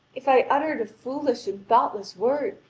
if i uttered a foolish and thoughtless word,